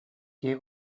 киһи